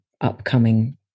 upcoming